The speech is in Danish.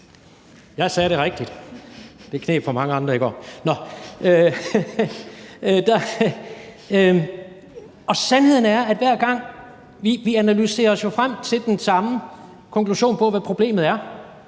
jeg sagde det rigtigt, det kneb for mange andre i går. Vi analyserer os jo frem til den samme konklusion på, hvad problemet er,